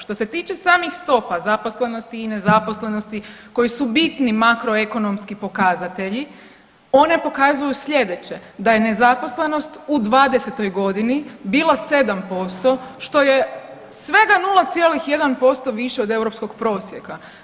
Što se tiče samih stopa zaposlenosti i nezaposlenosti koji su bitni makroekonomski pokazatelji, one pokazuju slijedeće, da je nezaposlenost u '20.-toj godini bila 7% što je svega 0,1% više od europskog prosjeka.